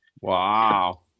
Wow